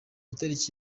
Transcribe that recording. itariki